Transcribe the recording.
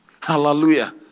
Hallelujah